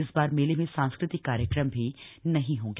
इस बार मेले में सांस्कृतिक कार्यक्रम भी नहीं होंगे